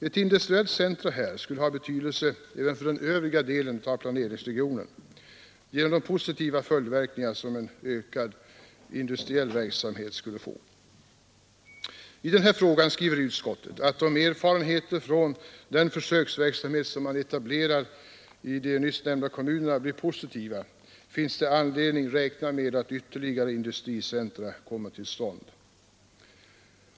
Ett industriellt centrum där skulle ha betydelse även för den övriga delen av planeringsregionen genom de positiva följdverkningar som en ökad industriell verksamhet skulle få. I den här frågan skriver utskottet att om erfarenheterna från den försöksverksamhet som man etablerar i de nyssnämnda kommunerna blir positiva, finns det anledning räkna med att ytterligare industricentra kommer till stånd.